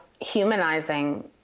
humanizing